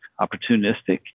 opportunistic